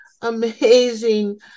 amazing